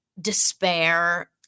despair